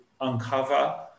uncover